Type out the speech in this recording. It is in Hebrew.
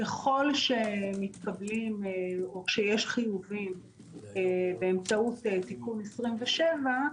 ככל שיש חיובים באמצעות תיקון 27,